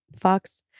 fox